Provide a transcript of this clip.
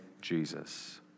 Jesus